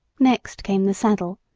next came the saddle,